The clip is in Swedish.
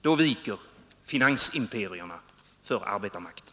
Då viker finansimperierna för arbetarmakten.